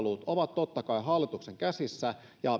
työkalut ovat totta kai hallituksen käsissä ja